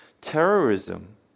terrorism